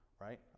right